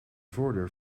voordeur